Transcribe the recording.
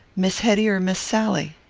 miss hetty or miss sally?